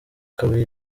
kabuye